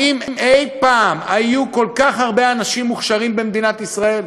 האם אי-פעם היו כל כך הרבה אנשים מוכשרים במדינת ישראל?